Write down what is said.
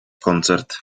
koncert